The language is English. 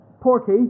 Porky